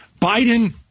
Biden